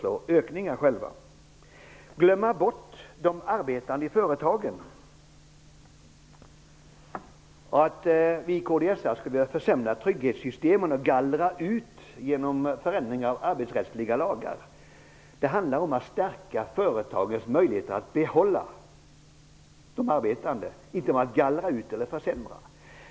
Johnny Ahlqvist säger att vi glömmer bort de arbetande i företagen och att vi kds:are skulle vilja försämra trygghetssystemen och gallra ut genom förändringar av arbetsrättsliga lagar. Det handlar om att stärka företagens möjligheter att behålla de arbetande, inte om att gallra ut och försämra.